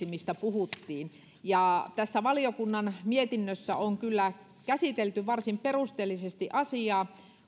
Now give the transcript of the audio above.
mistä puhuttiin tässä valiokunnan mietinnössä on kyllä käsitelty varsin perusteellisesti asiaa